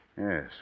Yes